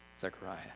Zechariah